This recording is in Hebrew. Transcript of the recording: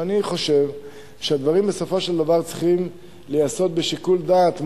אני חושב שהדברים בסופו של דבר צריכים להיעשות בשיקול דעת,